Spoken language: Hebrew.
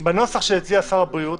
בנוסח שהציע שר הבריאות,